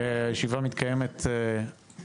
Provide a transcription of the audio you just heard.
הישיבה מתקיימת עם